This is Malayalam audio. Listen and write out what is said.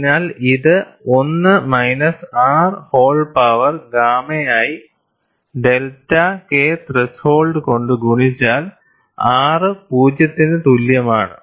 അതിനാൽ ഇത് 1 മൈനസ് R ഹോൾ പവർ ഗാമയായി ഡെൽറ്റ K ത്രെഷോൾഡ് കൊണ്ട് ഗുണിച്ചാൽ R 0 ത്തിന് തുല്യമാണ്